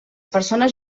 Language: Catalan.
persones